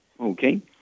Okay